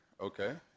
Okay